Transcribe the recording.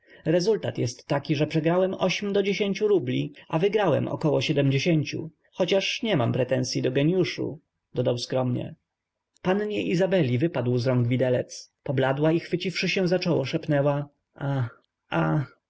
rezultat jest taki że przegrałem ośm do dziesięciu rubli a wygrałem około siedemdziesięciu chociaż nie mam pretensyi do geniuszu dodał skromnie pannie izabeli wypadł z ręki widelec pobladła i chwyciwszy się za czoło szepnęła a a